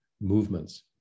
movements